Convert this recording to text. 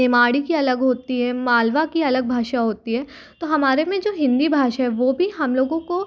नेमाड़ी कि अलग होती है मालवा कि अलग भाषा होती है तो हमारे में जो हिन्दी भाषा वो भी हम लोगों को